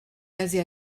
basé